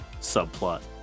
subplot